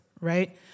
right